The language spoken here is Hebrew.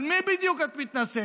על מי בדיוק את מתנשאת?